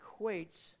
equates